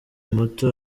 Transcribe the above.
muto